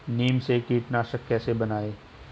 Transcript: नीम से कीटनाशक कैसे बनाएं?